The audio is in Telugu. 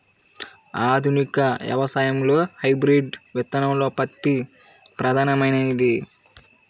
ఆధునిక వ్యవసాయంలో హైబ్రిడ్ విత్తనోత్పత్తి ప్రధానమైనది